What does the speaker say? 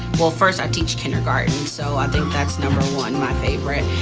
well first i teach kindergarten so i think that's number one my favorite.